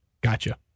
Gotcha